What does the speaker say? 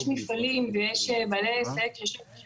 יש מפעלים ויש עסק (הפרעות בשידור)